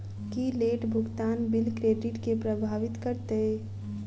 की late भुगतान bill credit केँ प्रभावित करतै?